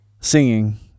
singing